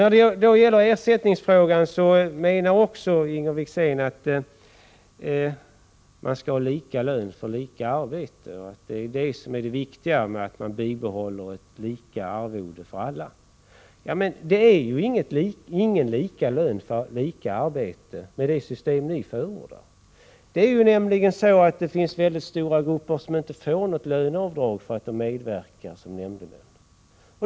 När det gäller ersättningsfrågan menar Inger Wickzén att man skall ha lika lön för lika arbete; det viktiga är att man bibehåller samma arvode för alla. Men det system ni förordar innebär ju inte lika lön för lika arbete. Det finns nämligen mycket stora grupper som inte får något löneavdrag för att de medverkar som nämndemän.